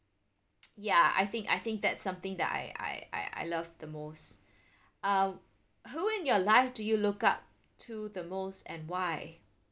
ya I think I think that's something that I I I I love the most uh who in your life do you look up to the most and why